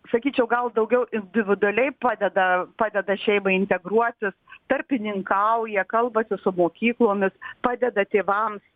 sakyčiau gal daugiau individualiai padeda padeda šeimai integruotis tarpininkauja kalbasi su mokyklomis padeda tėvams